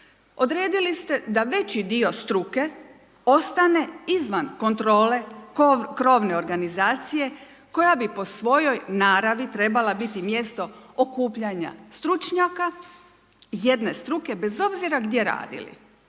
Odredili ste da veći dio struke ostane izvan kontrole krovne organizacija koja bi po svojoj naravi trebala biti mjesto okupljanja stručnjaka jedne struke bez obzira gdje radili,